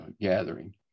gathering